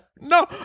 no